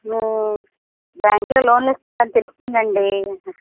మీ బ్యాంక్లో లోన్లు ఇస్తున్నారని తెలిసిందండి